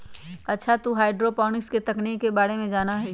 अच्छा तू हाईड्रोपोनिक्स तकनीक के बारे में जाना हीं?